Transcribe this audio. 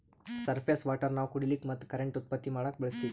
surface water ನಾವ್ ಕುಡಿಲಿಕ್ಕ ಮತ್ತ್ ಕರೆಂಟ್ ಉತ್ಪತ್ತಿ ಮಾಡಕ್ಕಾ ಬಳಸ್ತೀವಿ